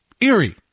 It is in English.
eerie